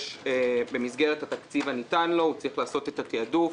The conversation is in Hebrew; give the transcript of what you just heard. במסגרת התקציב הניתן למשרד הוא צריך לעשות תעדוף.